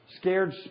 scared